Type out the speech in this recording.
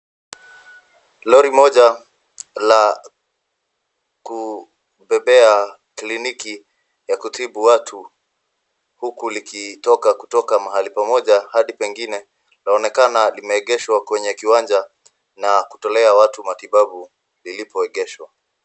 Lori moja la kubebea kliniki ya kutibu watu huku likitoka kutoka mahali pamoja hadi pengine laonekana limeegeshwa kwenye kiwanja na kutolea watu matibabu lilipoegeshwa.